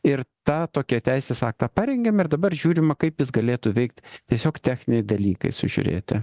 ir tą tokį teisės aktą parengėm ir dabar žiūrima kaip jis galėtų veikt tiesiog techniniai dalykai sužiūrėti